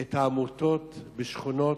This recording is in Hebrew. את העמותות בשכונות.